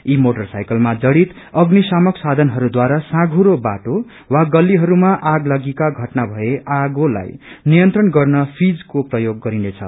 यी मोटर साइकलमा जड़ित अग्नि शामक साथनहरूद्वारा सापुँरो बाओ वा गल्तीहरूमा आग्लागीका षटना भए आगोलाई नियन्त्रण गर्न फीजको प्रयोग गरिनेछ